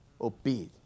obey